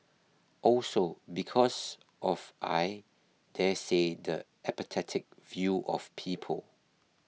also because of I daresay the apathetic view of people